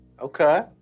Okay